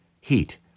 Heat